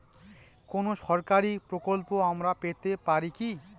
কোন সরকারি প্রকল্প আমরা পেতে পারি কি?